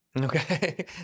Okay